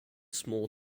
small